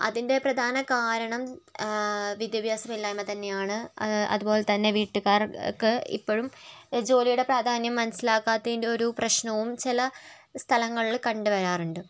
അതിൻറ്റെ പ്രധാന കാരണം വിദ്യാഭ്യാസമില്ലായ്മ തന്നെയാണ് അതുപോലെതന്നെ വീട്ടുകാർക്ക് ഇപ്പോഴും ജോലിയുടെ പ്രാധാന്യം മനസ്സിലാകാത്തതിന്റെയൊരു പ്രശ്നവും ചില സ്ഥലങ്ങളില് കണ്ടുവരാറുണ്ട്